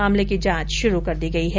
मामले की जांच शुरू कर दी गई है